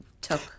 took